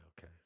okay